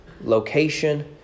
location